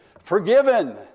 forgiven